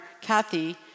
Kathy